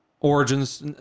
origins